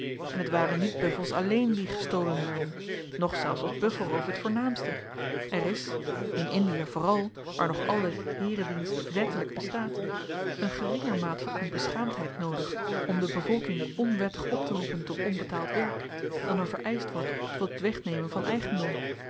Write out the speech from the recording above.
en t waren niet buffels alleen die gestolen werden noch zelfs was buffelroof t voornaamste er is in indie vooral waar nog altyd heeredienst wettelyk bestaat een geringer maat van onbeschaamdheid noodig om de bevolking onwettig opteroepen tot onbetaald werk dan er vereischt wordt tot het wegnemen van eigendom